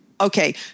Okay